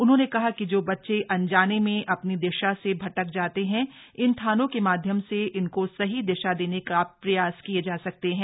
उन्होंने कहा कि जो बच्चे अनजाने में अ नी दिशा से भटक जाते हैं इन थानों के माध्यम से इनको सही दिशा देने के प्रयास किये जा सकते हैं